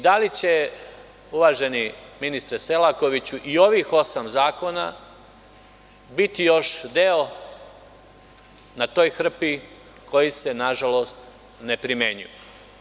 Da li će, uvaženi ministre Selakoviću, i ovih osam zakona biti još deo na toj hrpi koji se, nažalost, ne primenjuju?